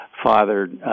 Father